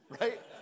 right